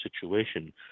situation